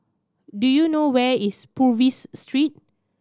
do you know where is Purvis Street